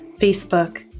Facebook